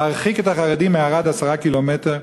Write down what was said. להרחיק את החרדים מערד 10 קילומטרים?